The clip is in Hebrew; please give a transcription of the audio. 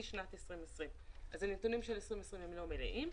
שנת 2020. הנתונים של 2020 לא מלאים.